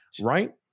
right